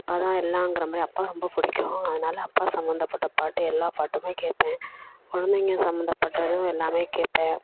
அப்பா தான் எல்லாங்கிற மாதிரி அப்பா ரொம்ப பிடிக்கும் அதனால அப்பா சம்பந்தப்பட்ட பாட்டு எல்லா பாட்டுமே கேட்பேன் கொழந்தைங்க சம்பந்தப்பட்டதும் எல்லாமே கேட்பேன்